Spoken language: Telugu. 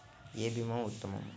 ఏ భీమా ఉత్తమము?